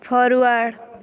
forward